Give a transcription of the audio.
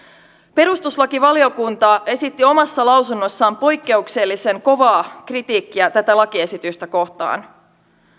perustuslakivaliokunta esitti omassa lausunnossaan poikkeuksellisen kovaa kritiikkiä tätä lakiesitystä kohtaan